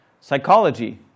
psychology